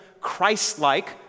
Christ-like